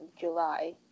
July